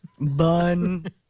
Bun